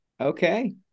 Okay